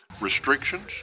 restrictions